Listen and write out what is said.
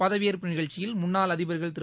பதவியேற்பு நிகழ்ச்சியில் முன்னாள் அதிபர்கள் திரு